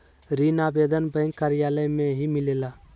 ऋण आवेदन बैंक कार्यालय मे ही मिलेला?